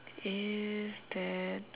is that